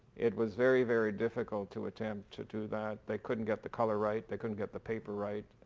it was very, very difficult to attempt to do that. they couldn't get the color right. they couldn't get the paper right.